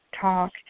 talk